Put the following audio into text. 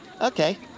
Okay